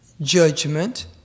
judgment